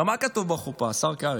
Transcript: הרי מה כתוב בחופה, השר קרעי?